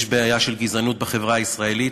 יש בעיה של גזענות בחברה הישראלית,